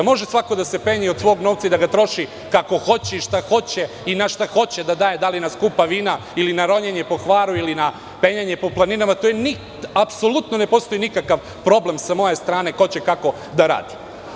Može svako da se penje i od svog novca i da ga troši kako hoće i šta hoće i na šta hoće, da li na skupa vina ili na ronjenje po Hvaru, ili na penjanje po planinama, tu apsolutno ne postoji nikakav problem sa moje strane ko će kako da radi.